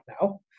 now